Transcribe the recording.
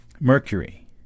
Mercury